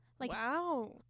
Wow